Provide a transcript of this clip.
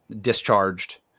discharged